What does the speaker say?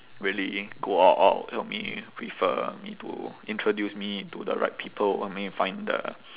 really go all out help me refer me to introduce me to the right people help me find the